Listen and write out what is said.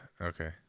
Okay